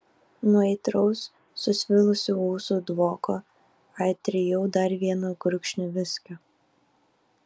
nuo aitraus susvilusių ūsų dvoko atrijau dar vieną gurkšnį viskio